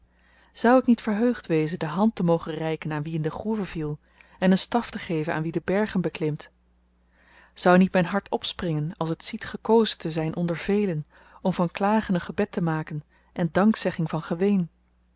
zou ik niet verheugd wezen de hand te mogen reiken aan wie in de groeve viel en een staf te geven aan wien de bergen beklimt zou niet myn hart opspringen als het ziet gekozen te zyn onder velen om van klagen een gebed te maken en dankzegging van geween